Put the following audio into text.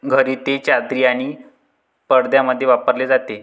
घरी ते चादरी आणि पडद्यांमध्ये वापरले जाते